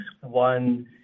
One